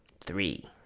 Three